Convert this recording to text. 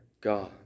God